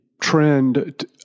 Trend